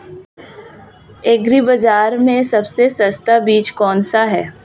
Agree बाज़ार में सबसे सस्ता बीज कौनसा है?